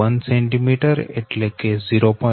1 cm 0